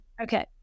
Okay